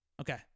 Okay